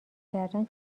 کردن